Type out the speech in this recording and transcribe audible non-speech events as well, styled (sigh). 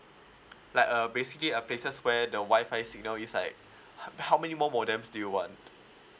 like uh basically uh places where the WI-FI signals is like (breath) uh how many more modems do you want